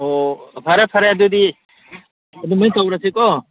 ꯑꯣ ꯐꯔꯦ ꯐꯔꯦ ꯑꯗꯨꯗꯤ ꯑꯗꯨꯃꯥꯏꯅ ꯇꯧꯔꯁꯤ ꯀꯣ